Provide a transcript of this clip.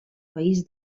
país